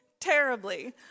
terribly